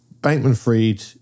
Bankman-Fried